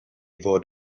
fod